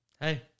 Hey